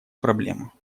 проблему